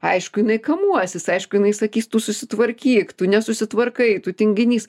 aišku jinai kamuosis aišku jinai sakys tu susitvarkyk tu nesusitvarkai tu tinginys